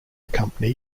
company